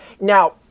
Now